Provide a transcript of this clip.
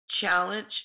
challenge